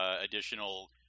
additional